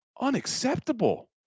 unacceptable